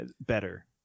Better